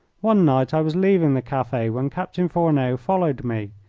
one night i was leaving the cafe when captain fourneau followed me,